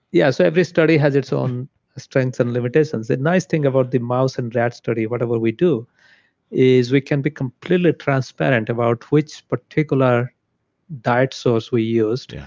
yeah. so every study has its own strengths and limitations. the nice thing about the mouse and rat study whatever we do is we can be completely transparent about which particular diet source we used. yeah